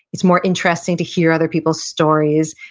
it's more interesting to hear other people's stories,